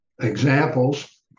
examples